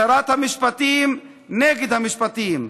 שרת המשפטים נגד המשפטים,